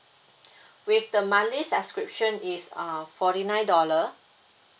with the monthly subscription is uh forty nine dollar